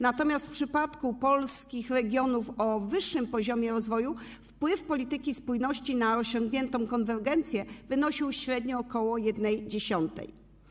Natomiast w przypadku polskich regionów o wyższym poziomie rozwoju wpływ polityki spójności na osiągniętą konwergencję wynosił średnio ok. 0,1.